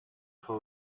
for